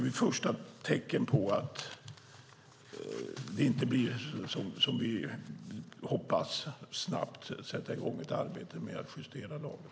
Vid första tecken på att det inte blir som vi hoppas får vi snabbt sätta i gång ett arbete med att justera lagen.